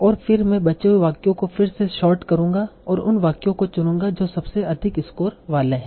और फिर मैं बचे हुए वाक्यों को फिर से सोर्ट करूँगा और उन वाक्यों को चुनूँगा जो सबसे अधिक स्कोर वाले हैं